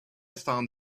found